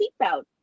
seatbelt